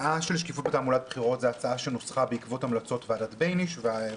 בחירות זה הצעה שנוסחה בעקבות המלצות ועדת בינייש.